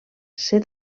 ser